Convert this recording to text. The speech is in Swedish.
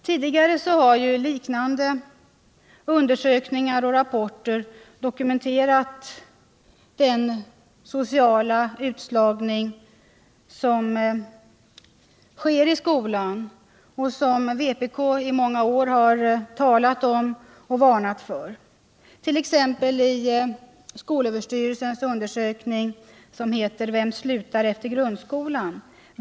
Tidigare har liknande undersökningar och rapporter dokumenterat den sociala utslagning som sker i skolan och som vpk i många år talat om och varnat för. Så har skett t.ex. i SÖ:s undersökning Vem slutar efter grundskolan.